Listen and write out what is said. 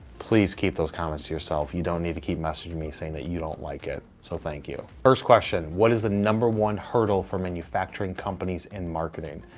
please keep those comments to yourself. you don't need to keep messaging me saying that you don't like it. so thank you. first question what is the number one hurdle for manufacturing companies in marketing?